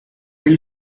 you